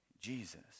jesus